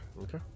Okay